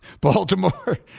Baltimore